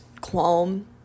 qualm